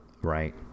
Right